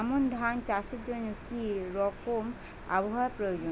আমন ধান চাষের জন্য কি রকম আবহাওয়া প্রয়োজন?